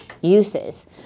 uses